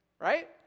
right